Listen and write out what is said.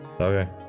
Okay